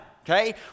okay